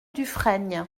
dufrègne